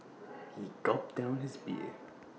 he gulped down his beer